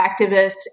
activists